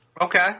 Okay